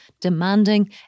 demanding